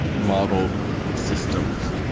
modeled systems.